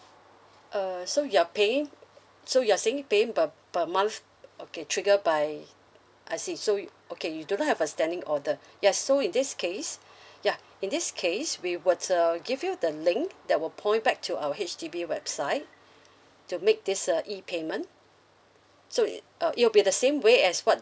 uh so you're paying err so you're saying paying per per month o~ okay triggered by I see so okay you do not have a standing order yes so in this case ya in this case we would uh give you the link that will point back to our H_D_B website to make this uh E payment so it uh it will be the same way as what